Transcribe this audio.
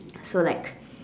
so like